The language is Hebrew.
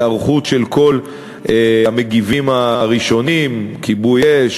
היערכות של כל המגיבים הראשונים: כיבוי אש,